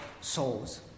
souls